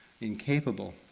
incapable